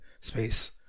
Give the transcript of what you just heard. space